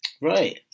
Right